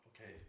okay